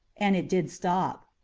and it did stop.